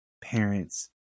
parents